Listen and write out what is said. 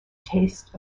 taste